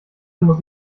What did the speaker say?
muss